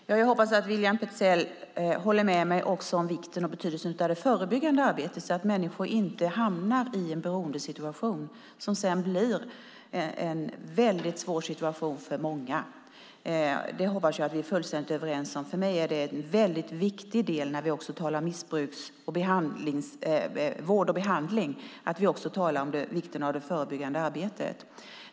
Herr talman! Jag hoppas att William Petzäll håller med mig om vikten och betydelsen av det förebyggande arbetet, så att människor inte hamnar i en beroendesituation som sedan blir en väldigt svår situation för många. Det hoppas jag att vi är fullständigt överens om. För mig är det viktigt, när vi talar om vård och behandling, att vi också talar om vikten av det förebyggande arbetet.